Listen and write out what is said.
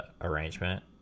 arrangement